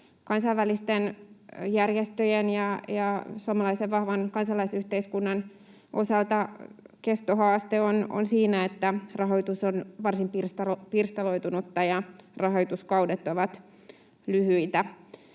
Kansainvälisten järjestöjen ja suomalaisen vahvan kansalaisyhteiskunnan osalta kestohaaste on siinä, että rahoitus on varsin pirstaloitunutta ja rahoituskaudet ovat lyhyitä,